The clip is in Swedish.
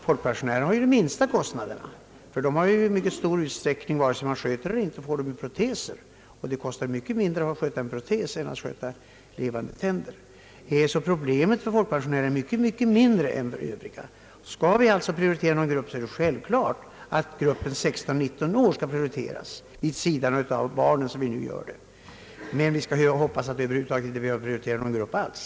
Folkpensionärerna har de minsta kostnaderna, ty de får i mycket stor utsträckning proteser. Det kostar mycket mindre att sköta en protes än att sköta levande tänder. Problemen för folkpensionärerna är alltså mycket mindre än för övriga grupper. Skall vi alltså prioritera någon grupp är det självklart att gruppen 16—19 år skall prioriteras vid sidan av barnen. Men vi skall hoppas att vi över huvud taget inte behöver prioritera någon grupp alls.